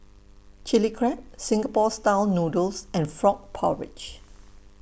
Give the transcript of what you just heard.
Chilli Crab Singapore Style Noodles and Frog Porridge